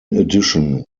addition